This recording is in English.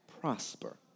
prosper